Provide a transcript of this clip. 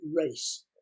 race